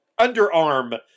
underarm